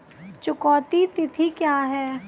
चुकौती तिथि क्या है?